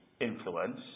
influence